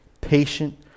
patient